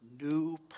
New